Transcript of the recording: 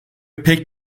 pek